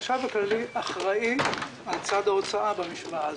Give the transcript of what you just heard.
החשב הכללי אחראי על צד ההוצאה במשוואה הזאת.